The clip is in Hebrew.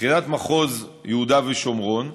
מבחינת מחוז יהודה ושומרון,